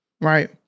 Right